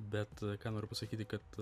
bet ką noriu pasakyti kad